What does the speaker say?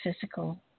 physical